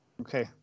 Okay